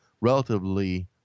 relatively